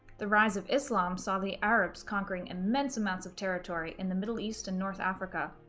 the rise of islam saw the arabs conquering immense amounts of territory in the middle east and north africa,